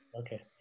okay